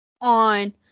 on